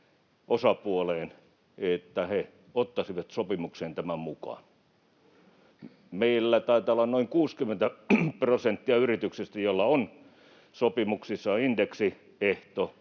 osapuoleen — ottaisivat sopimukseen tämän mukaan. Meillä taitaa olla noin 60 prosenttia yrityksistä, joilla on sopimuksissa indeksiehto,